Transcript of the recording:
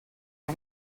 the